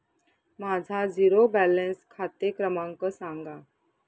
माझा zero balance खाते क्रमांक सांगा